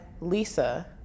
Lisa